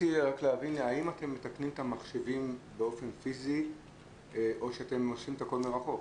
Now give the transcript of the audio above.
האם מתקנים את המחשבים באופן פיזי או שאתם עושים את הכול מרחוק?